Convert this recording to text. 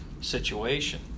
situation